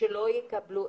אם זה מסגרות